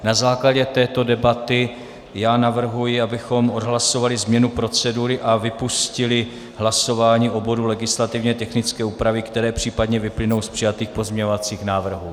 Na základě této debaty navrhuji, abychom odhlasovali změnu procedury a vypustili hlasování o bodu legislativně technické úpravy, které případně vyplynou z přijatých pozměňovacích návrhů.